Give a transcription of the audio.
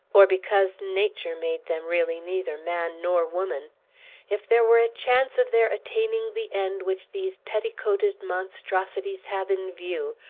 or because nature made them really neither man nor woman if there were a chance of their attaining the end which these petticoated monstrosities have in view,